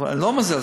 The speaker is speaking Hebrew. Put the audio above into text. אני לא מזלזל,